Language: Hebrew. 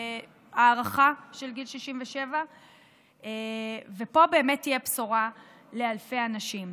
הארכה מעל גיל 67. ופה באמת תהיה בשורה לאלפי אנשים.